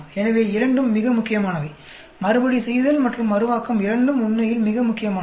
எனவே இரண்டும் மிக முக்கியமானவை மறுபடிசெய்தல் மற்றும் மறுவாக்கம் இரண்டும் உண்மையில் மிக முக்கியமானவை